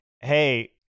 hey